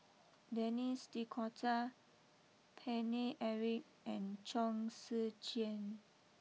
Denis D Cotta Paine Eric and Chong Tze Chien